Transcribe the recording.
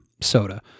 soda